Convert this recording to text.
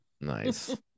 nice